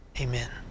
Amen